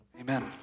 Amen